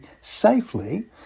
safely